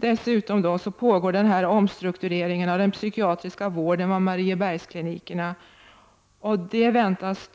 Dessutom pågår en omstrukturering av den psykiatriska vården vid Mariebergsklinikerna, vilket förväntas